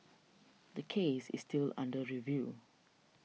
the case is still under review